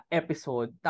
episode